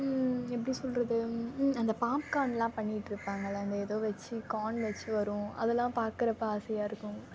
எப்படி சொல்வது அந்த பாப்கானுலாம் பண்ணிகிட்டு இருப்பாங்கள்லை இந்த ஏதோ வச்சு கான் வச்சு வரும் அதெல்லாம் பார்க்குறப்ப ஆசையாக இருக்கும்